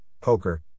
poker